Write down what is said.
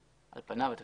על פניו אנחנו